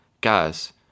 guys